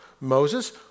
Moses